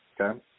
Okay